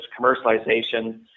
commercialization